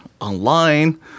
online